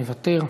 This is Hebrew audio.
מוותר,